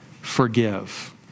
Forgive